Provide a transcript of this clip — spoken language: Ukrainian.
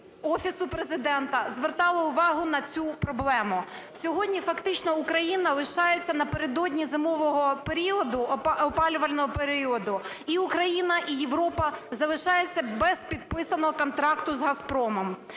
Офісу Президента звертали увагу на цю проблему. Сьогодні, фактично, Україна лишається напередодні зимового періоду, опалювального періоду, і Україна, і Європа, залишається без підписаного контракту з "Газпромом".